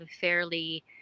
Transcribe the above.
fairly